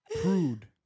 Prude